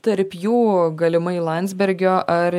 tarp jų galimai landsbergio ar